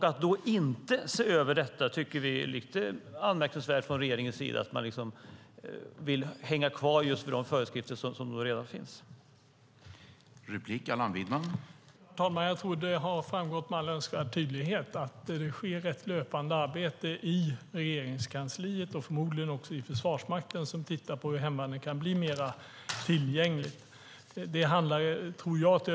Att då inte från regeringens sida se över detta utan liksom vilja hänga kvar just vid de föreskrifter som redan finns tycker vi är lite anmärkningsvärt.